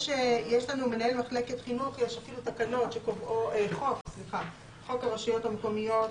יש את חוק הרשויות המקומיות.